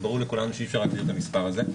ברור לכולנו שאי-אפשר להגדיר את המספר הזה,